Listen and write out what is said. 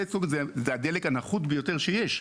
פטקוק זה הדלק הנחות ביותר שיש,